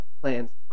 plans